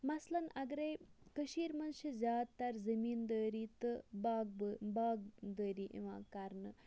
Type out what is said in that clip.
مَثلاً اَگَرے کٔشیٖر مَنٛز چھ زیادٕ تَر زمیٖن دٲری تہٕ باغبٲ باغدٲری یِوان کَرنہٕ